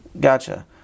Gotcha